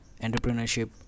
entrepreneurship